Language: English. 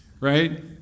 right